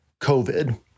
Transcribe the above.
COVID